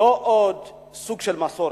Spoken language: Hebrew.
לא עוד סוג של מסורת,